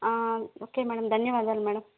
okay madam ధన్యవాదాలు madam